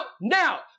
now